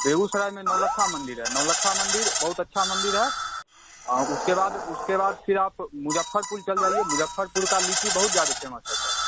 बेगूसराय में नौलक्खा मंदिर है नौलक्खा मंदिर बहुत अच्छा मंदिर है उसके बाद उसके बाद फिर आप मुजफ्फरपुर चले जाइए मुजफ्फरपुर का लीची बहुत ज्यादे फेमस है सर